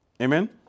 Amen